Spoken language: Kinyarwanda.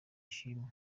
ishimwa